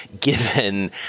given –